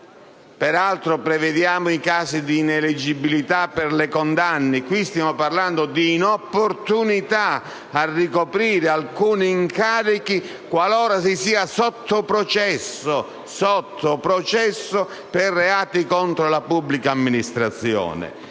Peraltro, prevediamo i casi di ineleggibilità per le condanne: qui stiamo parlando di inopportunità a ricoprire alcuni incarichi qualora si sia sotto processo per reati contro la pubblica amministrazione.